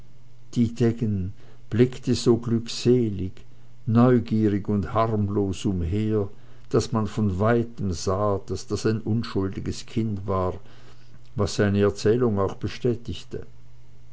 dietegen blickte so glückselig neugierig und harmlos umher daß man von weitem sah daß das ein unschuldiges kind war was seine erzählung auch bestätigte